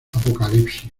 apocalipsis